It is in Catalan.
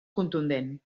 contundent